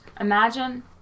Imagine